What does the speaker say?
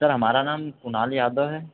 sir हमारा नाम कुनाल यादव है